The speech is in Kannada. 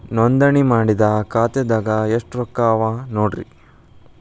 ನೋಂದಣಿ ಮಾಡಿದ್ದ ಖಾತೆದಾಗ್ ಎಷ್ಟು ರೊಕ್ಕಾ ಅವ ನೋಡ್ರಿ